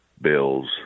bills